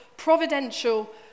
providential